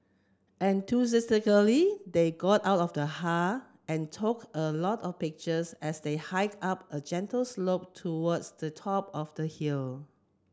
enthusiastically they got out of the car and took a lot of pictures as they hike up a gentle slope towards the top of the hill